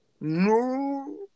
No